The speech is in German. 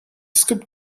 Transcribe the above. skript